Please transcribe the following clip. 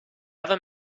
other